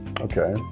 Okay